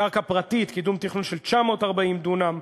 קרקע פרטית, קידום תכנון של 940 דונם.